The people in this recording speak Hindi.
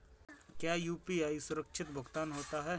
क्या यू.पी.आई सुरक्षित भुगतान होता है?